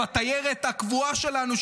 התיירת הקבועה שלנו,